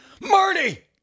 Marty